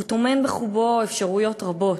הוא טומן בחובו אפשרויות רבות.